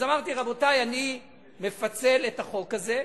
אז אמרתי: רבותי, אני מפצל את החוק הזה.